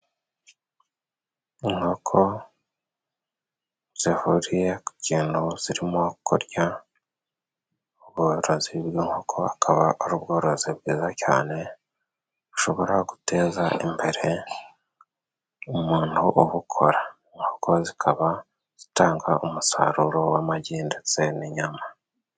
Inkoko zihuriye ku kintu zirimo kurya. Ubworozi bw'inkoko bukaba ari ubworozi bwiza cyane bushobora guteza imbere umuntu ubikora, zikaba zitanga umusaruro w'amagi ndetse n'inyama.